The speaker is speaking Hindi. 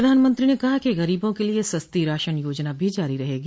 प्रधानमंत्री ने कहा कि गरीबों के लिए सस्ती राशन योजना भी जारी रहेगी